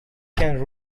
can